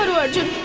arjun.